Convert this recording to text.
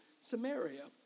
Samaria